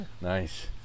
Nice